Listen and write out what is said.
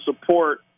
support